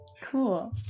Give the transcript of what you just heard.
Cool